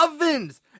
ovens